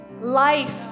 life